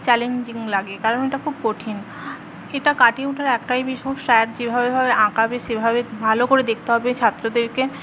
challenging লাগে কারণ এটা খুব কঠিন এটা কাটিয়ে ওঠার একটাই ভীষণ স্যাড যেভাবে যেভাবে আঁকাবে সেভাবে ভালো করে দেখতে হবে ছাত্রদেরকে